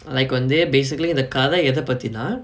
like வந்து:vanthu basically இந்த கத எதபத்தினா:intha katha ethapathinaa